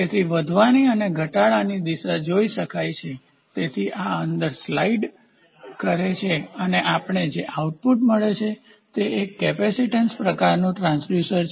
તેથી વધવાનીઅને ઘટાડIની દિશા જોઈ શકે છે તેથી આ અંદર સ્લાઈડ કરે છે અને આપણને જે આઉટપુટ મળે છે તે એક કેપેસિટેન્સ પ્રકારનું ટ્રાન્સડ્યુસર છે